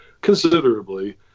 considerably